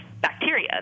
bacteria